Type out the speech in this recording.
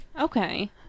Okay